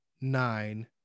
nine